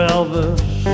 Elvis